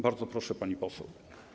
Bardzo proszę, pani poseł.